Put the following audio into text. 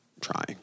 trying